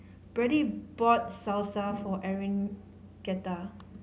Brady bought Salsa for Enriqueta